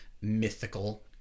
mythical